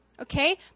Okay